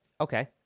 okay